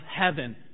heaven